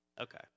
Okay